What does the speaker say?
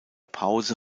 pause